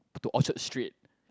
to Orchard street